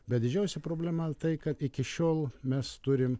bet didžiausia problema tai kad iki šiol mes turim